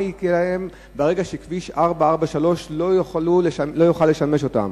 מה יקרה להם ברגע שכביש 443 לא יוכל לשמש אותם.